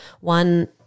one